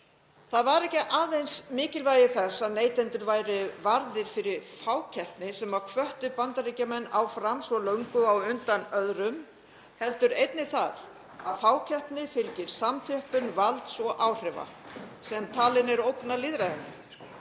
Það var ekki aðeins mikilvægi þess að neytendur væru varðir fyrir fákeppni sem hvatti Bandaríkjamenn áfram svo löngu á undan öðrum heldur einnig það að fákeppni fylgir samþjöppun valds og áhrifa sem talið er ógna lýðræðinu.